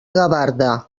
gavarda